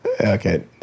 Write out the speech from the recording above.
Okay